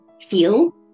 feel